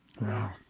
Wow